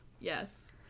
yes